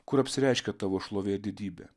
kur apsireiškia tavo šlovė didybė